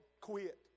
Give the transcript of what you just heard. quit